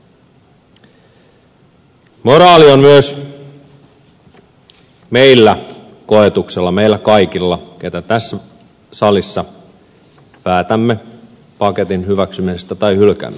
moraali on koetuksella myös meillä kaikilla jotka tässä salissa päätämme paketin hyväksymisestä tai hylkäämisestä